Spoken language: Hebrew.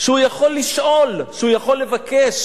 שהוא יכול לשאול, שהוא יכול לבקש.